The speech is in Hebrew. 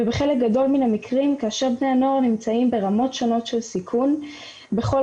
ובחלק גדול מהמקרים כאשר בני הנוער נמצאים ברמות שונות של סיכון בכל